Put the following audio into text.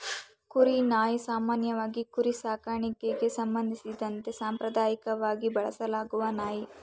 ಕುರಿ ನಾಯಿ ಸಾಮಾನ್ಯವಾಗಿ ಕುರಿ ಸಾಕಣೆಗೆ ಸಂಬಂಧಿಸಿದಂತೆ ಸಾಂಪ್ರದಾಯಕವಾಗಿ ಬಳಸಲಾಗುವ ನಾಯಿ